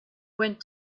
went